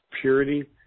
purity